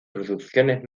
producciones